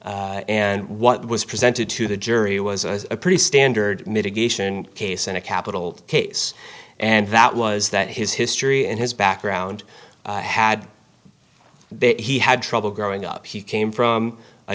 mercy and what was presented to the jury was a pretty standard mitigation case in a capital case and that was that his history and his background had then he had trouble growing up he came from a